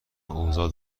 اوضاع